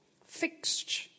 fixed